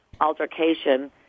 altercation